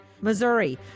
Missouri